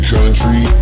Country